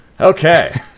Okay